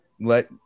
let